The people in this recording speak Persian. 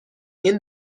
این